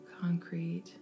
concrete